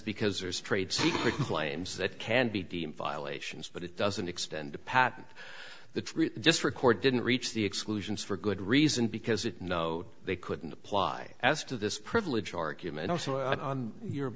because there's trade secret claims that can be deemed violations but it doesn't extend to patent the just record didn't reach the exclusions for good reason because it no they couldn't apply as to this privilege argument also your